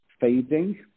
fading